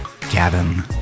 Gavin